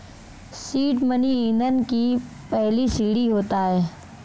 seed money ईंधन की पहली सीढ़ी होता है